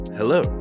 Hello